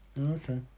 Okay